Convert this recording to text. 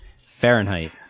Fahrenheit